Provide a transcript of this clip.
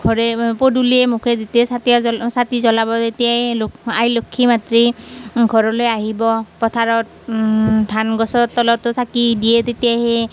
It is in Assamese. ঘৰে পদূলিয়ে মুখে যেতিয়া চাতিয়া জল চাকি জ্বলাব তেতিয়াই লখ আই লক্ষী মাতৃ ঘৰলৈ আহিব পথাৰত ধান গছত তলতো চাকি দিয়ে তেতিয়াহে